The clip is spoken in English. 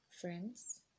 friends